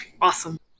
Awesome